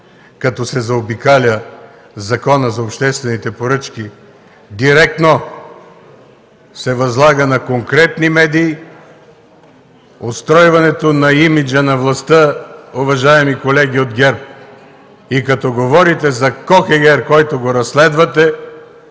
като се заобикаля Законът за обществените поръчки, директно се възлага на конкретни медии устройването на имиджа на властта, уважаеми колеги от ГЕРБ! Като говорите за Хохегер, който разследвате,